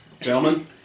Gentlemen